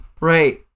right